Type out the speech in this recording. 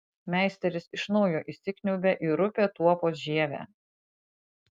meisteris iš naujo įsikniaubia į rupią tuopos žievę